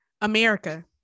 America